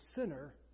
sinner